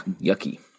yucky